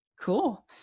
Cool